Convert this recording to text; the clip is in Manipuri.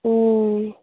ꯑꯣ